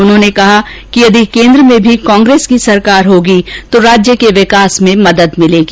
उन्होंने कहा कि यदि केन्द्र में भी कांग्रेस की सरकार होगी तो राज्य के विकास में मदद मिलेगी